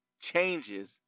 changes